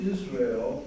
Israel